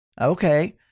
okay